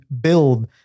build